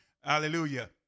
hallelujah